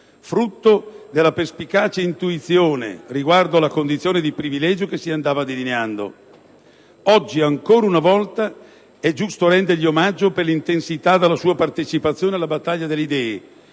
frutto della perspicace intuizione riguardo la condizione di privilegio che si andava delineando. Oggi, ancora una volta, è giusto rendergli omaggio per l'intensità della sua partecipazione alla battaglia delle idee,